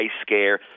scare